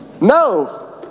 No